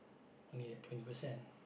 only that twenty percent